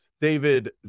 David